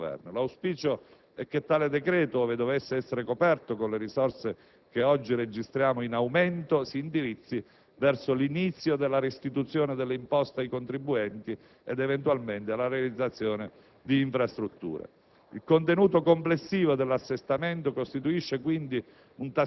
al varo della legge finanziaria destinato ad anticipare alcuni degli impegni sottoscritti dal Governo. L'auspicio è che tale decreto, ove dovesse essere coperto con le risorse che oggi registriamo in aumento, si indirizzi verso l'inizio della restituzione delle imposte ai contribuenti ed eventualmente alla realizzazione